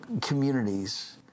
communities